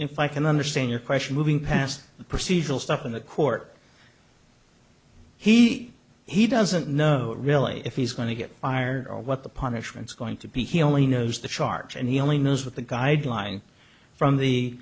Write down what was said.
fact can understand your question moving past the procedural stuff on the court he he doesn't know really if he's going to get fired or what the punishments going to be he only knows the charge and he only knows what the guidelines from the